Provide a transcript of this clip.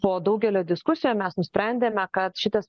po daugelio diskusijų mes nusprendėme kad šitas